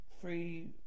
free